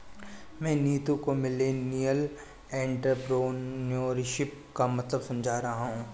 मैं नीतू को millennial entrepreneurship का मतलब समझा रहा हूं